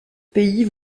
pays